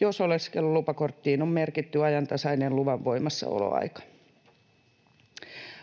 jos oleskelulupakorttiin on merkitty ajantasainen luvan voimassaoloaika.